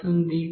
023kgl exp